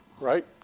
right